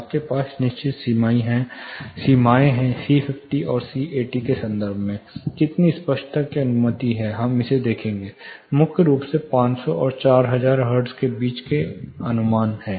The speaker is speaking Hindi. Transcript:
आपके पास निश्चित सीमाएं हैं C50 और C80 के संदर्भ में कितनी स्पष्टता की अनुमति है हम इसे देखेंगे मुख्य रूप से 500 और 4000 हर्ट्ज के बीच का अनुमान है